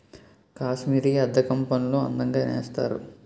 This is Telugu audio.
కాశ్మీరీ అద్దకం పనులు అందంగా నేస్తారు